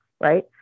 right